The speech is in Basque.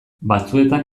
batzuetan